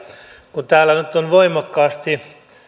kun täällä nyt on voimakkaasti